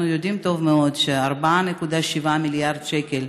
אנחנו יודעים טוב מאוד ש-4.7 מיליארד שקל